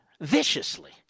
Viciously